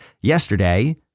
yesterday